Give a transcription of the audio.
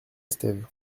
estève